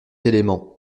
élément